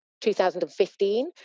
2015